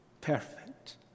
Perfect